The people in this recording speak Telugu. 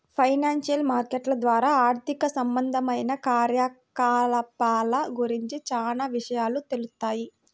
ఫైనాన్షియల్ మార్కెట్ల ద్వారా ఆర్థిక సంబంధమైన కార్యకలాపాల గురించి చానా విషయాలు తెలుత్తాయి